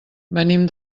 venim